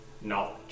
knowledge